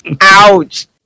Ouch